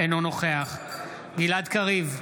אינו נוכח גלעד קריב,